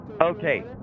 Okay